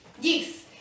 Yes